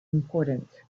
important